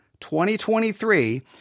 2023